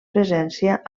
presència